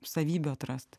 savybių atrast